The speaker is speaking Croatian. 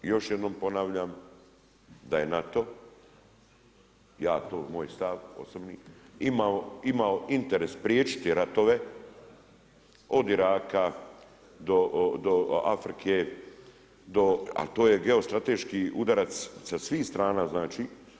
I još jednom ponavljam, da je NATO, ja to, moj stav osobni, imao interes spriječiti ratove od Iraka, do Afrike, ali to je geostrateški udarac sa svih strana znači.